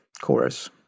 chorus